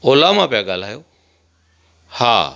ओला मां पिया ॻाल्हायो हा